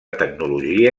tecnologia